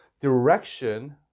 direction